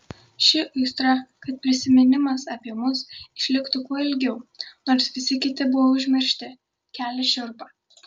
ši aistra kad prisiminimas apie mus išliktų kuo ilgiau nors visi kiti buvo užmiršti kelia šiurpą